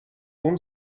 اون